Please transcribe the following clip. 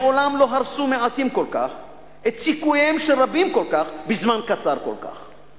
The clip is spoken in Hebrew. מעולם לא הרסו מעטים כל כך את סיכוייהם של רבים כל כך בזמן קצר כל כך.